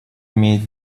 имеет